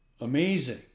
amazing